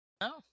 No